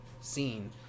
scene